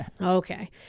Okay